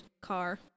car